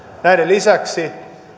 näiden lisäksi